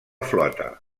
flota